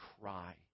cry